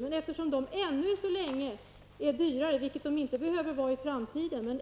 Men eftersom de ännu så länge är dyrare, vilket de inte behöver vara i framtiden,